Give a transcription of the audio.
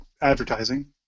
advertising